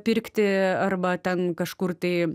pirkti arba ten kažkur tai